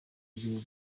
y’igihugu